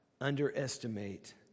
underestimate